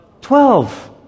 Twelve